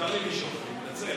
מותר לי לשאול, אני מתנצל.